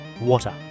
Water